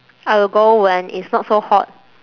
I will go when it's not so hot